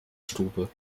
stube